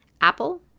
apple